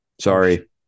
Sorry